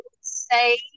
say